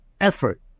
effort